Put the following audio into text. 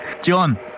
John